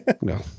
No